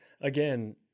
again –